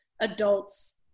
adults